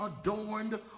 adorned